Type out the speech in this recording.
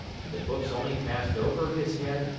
and the books only passed over his head,